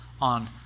on